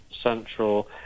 Central